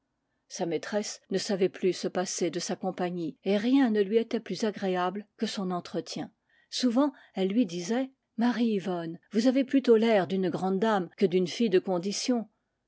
maî tresse ne savait plus se passer de sa compagnie et rien ne lui était plus agréable que son entretien souvent elle lui disait marie yvonne vous avez plutôt l'air d'une grande dame que d'une fille de condition